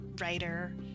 writer